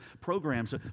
programs